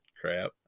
crap